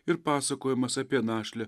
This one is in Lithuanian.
ir pasakojimas apie našlę